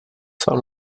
sám